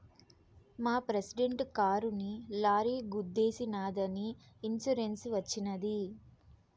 మా ప్రెసిడెంట్ కారుని లారీ గుద్దేశినాదని ఇన్సూరెన్స్ వచ్చినది